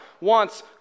wants